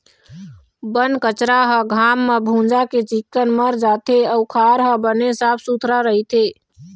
बन कचरा ह घाम म भूंजा के चिक्कन मर जाथे अउ खार ह बने साफ सुथरा रहिथे